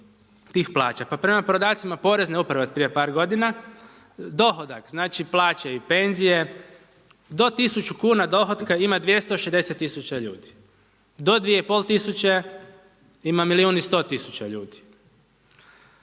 Prema podacima Porezne uprave prije par g. dohodak, znači plaće i penzije, do 1000 kn dohotka ima 260000 ljudi do 2500 ima milijun i 100 tisuća ljudi,